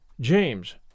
James